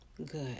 good